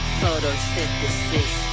Photosynthesis